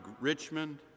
Richmond